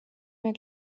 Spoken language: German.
mehr